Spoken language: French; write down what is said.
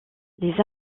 les